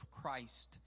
Christ